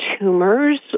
tumors